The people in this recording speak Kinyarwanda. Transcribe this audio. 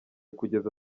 kugeza